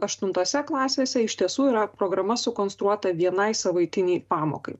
aštuntose klasėse iš tiesų yra programa sukonstruota vienai savaitinei pamokai